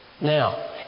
Now